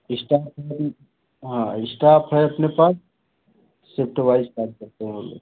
staff है ही हाँ इस्टाफ़ है अपने पास शिफ्ट वाइज़ काम करते हैं वो लोग